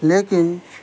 لیکن